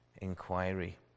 inquiry